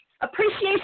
Appreciation